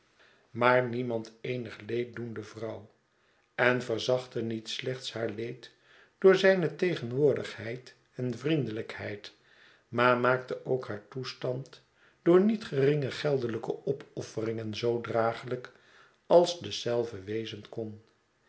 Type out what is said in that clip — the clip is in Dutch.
maar niemand eenig leed doende vrouw en verzachtte niet slechts haar leed door zijne tegenwoordigheid en vriendelijkheid maar maakte ookhaar toestand door niet geringe geldelijke opofferingen zoo draaglijk als dezelve wezen kon